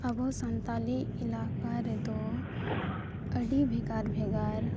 ᱟᱵᱚ ᱥᱟᱱᱛᱟᱞᱤ ᱮᱞᱟᱠᱟ ᱨᱮᱫᱚ ᱟᱹᱰᱤ ᱵᱷᱮᱜᱟᱨ ᱵᱷᱮᱜᱟᱨ